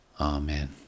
Amen